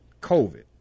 COVID